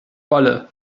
wolle